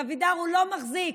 אבידר, הוא לא מחזיק.